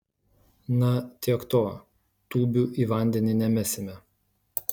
na tiek to tūbių į vandenį nemesime